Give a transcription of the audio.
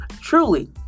truly